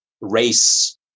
race